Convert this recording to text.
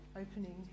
opening